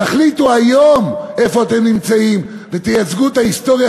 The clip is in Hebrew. תחליטו היום איפה אתם נמצאים ותייצגו את ההיסטוריה